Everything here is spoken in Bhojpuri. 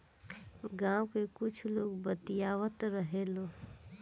गाँव के कुछ लोग बतियावत रहेलो